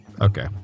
Okay